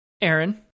Aaron